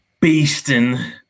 beasting